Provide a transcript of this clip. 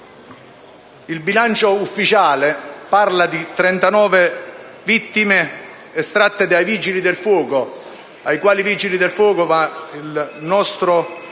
Il bilancio ufficiale parla di 39 vittime estratte dai vigili del fuoco – ai quali va il nostro